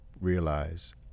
realize